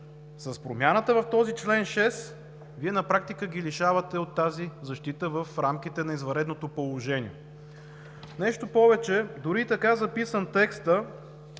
С промяната в чл. 6 Вие на практика ги лишавате от тази защита в рамките на извънредното положение. Нещо повече, дори и така записан, текстът